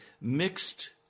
mixed